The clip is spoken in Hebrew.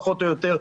פחות או יותר.